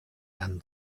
and